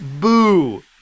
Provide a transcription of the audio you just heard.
Boo